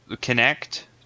connect